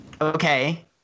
Okay